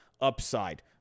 upside